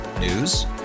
News